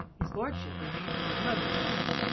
his lordship remains with his mother to-night.